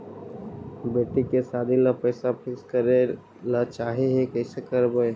बेटि के सादी ल पैसा फिक्स करे ल चाह ही कैसे करबइ?